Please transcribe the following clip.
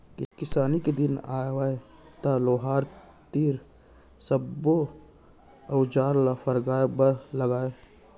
किसानी के दिन आवय त लोहार तीर सब्बो अउजार ल फरगाय बर लागय